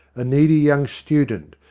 a needy young student,